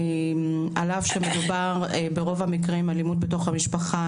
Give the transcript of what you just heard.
על אף שמדובר ברוב המקרים אלימות בתוך המשפחה,